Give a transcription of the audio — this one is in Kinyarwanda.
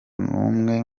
n’umwe